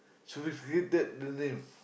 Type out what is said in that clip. seriously that the name